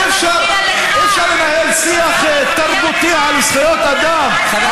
אי-אפשר לנהל שיח תרבותי על זכויות אדם,